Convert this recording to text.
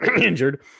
injured